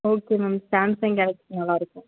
okay ma'am Samsung Galaxy நல்லா இருக்கும்